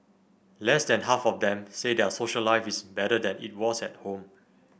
less than half of them say their social life is better than it was at home